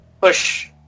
push